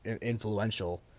influential